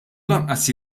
lanqas